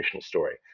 story